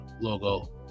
logo